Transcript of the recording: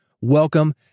welcome